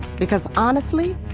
because honestly,